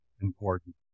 important